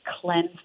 cleanse